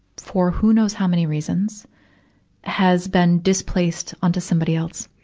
for who knows how many reasons has been displaced onto somebody else,